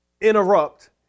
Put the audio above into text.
interrupt